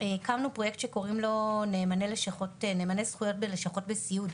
הקמנו פרויקט שקוראים לו "נאמני זכויות בלשכות בסיעוד",